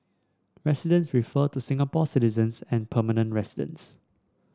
residents refer to Singapore citizens and permanent residents